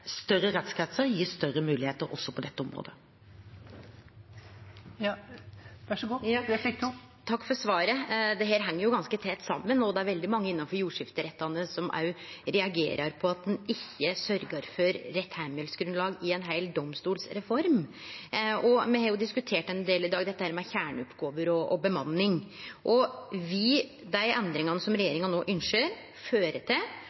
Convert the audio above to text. Større rettskretser gir større muligheter også på dette området. Dette heng ganske tett saman, og det er veldig mange innanfor jordskifterettane som òg reagerer på at ein ikkje sørgjer for rett heimelsgrunnlag i ei heil domstolsreform. Me har jo diskutert ein del i dag dette med kjerneoppgåver og bemanning, og vil dei endringane som regjeringa no ønskjer, føre til